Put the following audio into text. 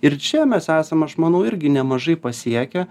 ir čia mes esam aš manau irgi nemažai pasiekę